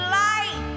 light